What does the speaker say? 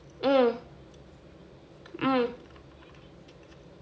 mm mm